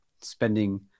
spending